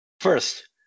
First